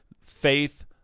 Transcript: faith